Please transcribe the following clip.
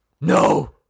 No